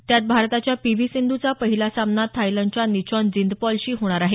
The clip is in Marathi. त्यात भारताच्या पी व्ही सिंधूचा पहिला सामना थायलंडच्या निचॉन जिंदापालशी होणार आहे